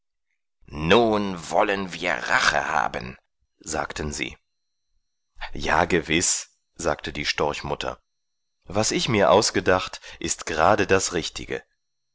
nun wollen wir rache haben sagten sie ja gewiß sagte die storchmutter was ich mir ausgedacht ist gerade das richtige